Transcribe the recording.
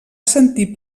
sentir